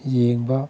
ꯌꯦꯡꯕ